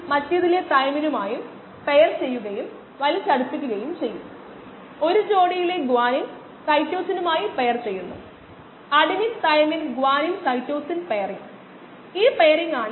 നമ്മൾ തത്സമയ കോശങ്ങളിലേക്കു മാത്രം നോക്കുകയാണെങ്കിൽ കാരണം ഉൽപാദനക്ഷമമായ കോശങ്ങളാണ് ഉൽപ്പന്ന രൂപീകരണത്തിനും മറ്റും സംഭാവന ചെയ്യുന്നത് നമ്മൾ പ്രാപ്യമായ കോശങ്ങളുടെ സാന്ദ്രത പിന്തുടരാൻ താൽപ്പര്യപ്പെടുന്നു